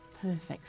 perfect